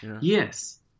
Yes